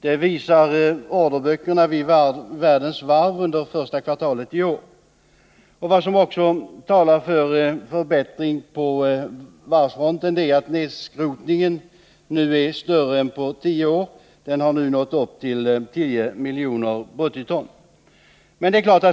Det visar orderböckerna vid världens varv under första kvartalet i år. Vad som också talar för en förbättring på varvsfronten är att nedskrotningen nu är större än på tio år. Den uppgår nu till 10 miljoner bruttoton.